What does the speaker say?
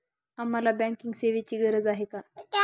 आम्हाला बँकिंग सेवेची गरज का आहे?